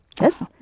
Yes